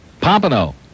Pompano